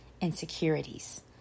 insecurities